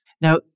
Now